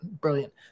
brilliant